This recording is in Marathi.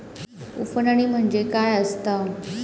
उफणणी म्हणजे काय असतां?